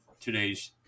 today's